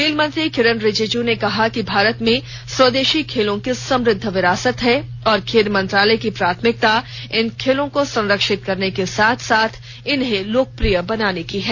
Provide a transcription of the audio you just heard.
खेल मंत्री किरेन रिजिजू ने कहा कि भारत में स्वदेशी खेलों की समुद्ध विरासत हैं और खेल मंत्रालय की प्राथमिकता इन खेलों को संरक्षित करने के साथ साथ इन्हें लोकप्रिय बनाने की है